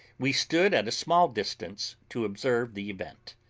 we stood at a small distance to observe the event.